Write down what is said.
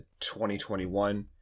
2021